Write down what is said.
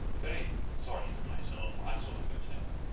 very sorry for myself, i sought a hotel,